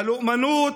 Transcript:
הלאומנות